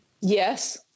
Yes